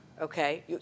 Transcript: Okay